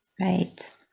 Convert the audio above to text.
Right